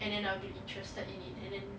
and then I'll be interested in it and then